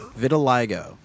Vitiligo